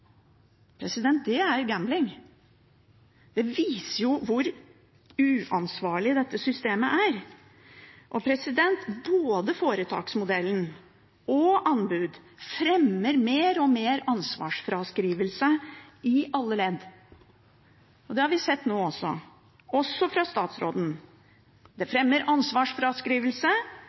Det er gambling. Det viser hvor uansvarlig dette systemet er. Både foretaksmodellen og anbud fremmer mer og mer ansvarsfraskrivelse i alle ledd, og det har vi sett nå også, også fra statsråden. Det fremmer ansvarsfraskrivelse,